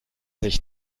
sich